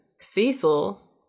Cecil